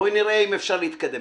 בואי נראה אם אפשר להתקדם.